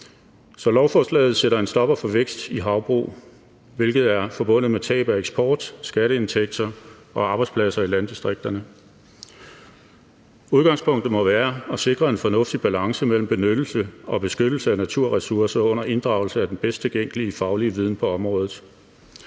lovforslaget sætter en stopper for vækst i havbrug, hvilket er forbundet med tab af eksport, skatteindtægter og arbejdspladser i landdistrikterne. Udgangspunktet må være at sikre en fornuftig balance mellem benyttelse og beskyttelse af naturressourcer under inddragelse af den bedst tilgængelige faglige viden på området.